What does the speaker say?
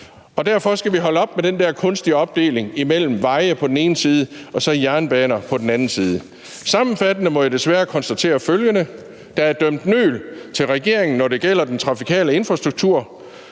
Derfor skal vi holde op med den der kunstige opdeling imellem veje på den ene side og så jernbaner på den anden side. Sammenfattende må jeg desværre konstatere følgende: Der er dømt nøl til regeringen, når det gælder den trafikale infrastruktur.